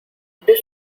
this